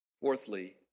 Fourthly